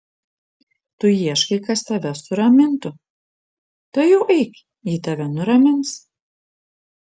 tu ieškai kas tave suramintų tuojau eik ji tave nuramins